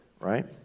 right